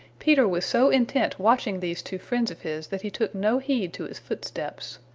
peter was so intent watching these two friends of his that he took no heed to his footsteps.